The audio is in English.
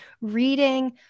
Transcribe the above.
reading